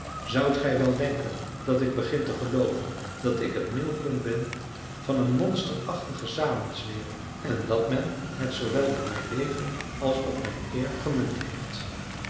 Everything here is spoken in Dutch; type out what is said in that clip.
zoudt gij wel denken dat ik begin te gelooven dat ik het middelpunt ben van een monsterachtige samenzwering en dat men het zoowel op mijn leven als op mijn eer gemunt heeft